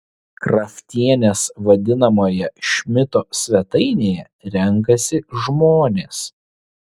kraftienės vadinamoje šmito svetainėje renkasi žmonės